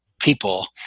people –